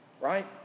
right